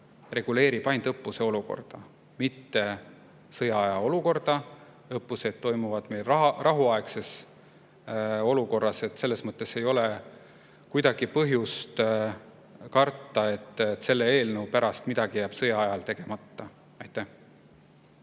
reguleerib ainult õppuse olukorda, mitte sõjaaja olukorda. Õppused toimuvad rahuaegses olukorras. Ei ole kuidagi põhjust karta, et selle eelnõu pärast jääb midagi sõjaajal tegemata. Aitäh